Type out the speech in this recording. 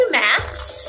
maths